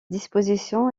disposition